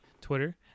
twitter